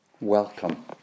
Welcome